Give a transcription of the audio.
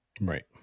right